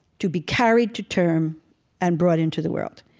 to be carried to term and brought into the world.